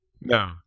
no